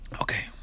Okay